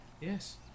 Yes